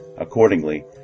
accordingly